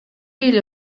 эле